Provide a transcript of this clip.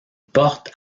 porte